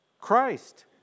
Christ